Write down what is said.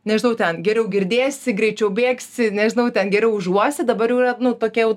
nežinau ten geriau girdėsi greičiau bėgsi nežinau ten geriau užuosi dabar jau yra nu tokie jau